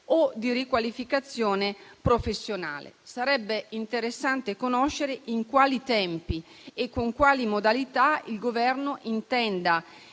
o di riqualificazione professionale. Sarebbe interessante conoscere in quali tempi e con quali modalità il Governo intenda